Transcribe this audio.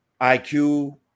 IQ